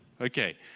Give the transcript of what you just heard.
Okay